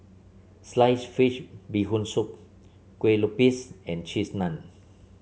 Sliced Fish Bee Hoon Soup Kue Lupis and Cheese Naan